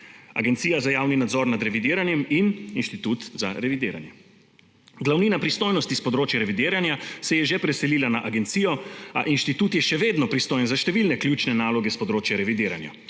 Agencija za javni nadzor nad revidiranjem in Inštitut za revidiranje. Glavnina pristojnosti s področja revidiranja se je že preselila na agencijo, a inštitut je še vedno pristojen za številne ključne naloge s področja revidiranja: